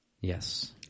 Yes